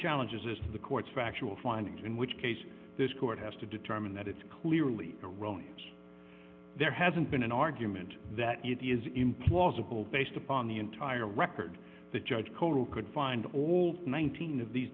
challenges to the court's factual findings in which case this court has to determine that it's clearly erroneous there hasn't been an argument that it is implausible based upon the entire record the judge cotto could find old nineteen of these